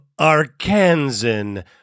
Arkansan